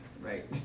Right